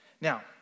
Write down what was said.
Now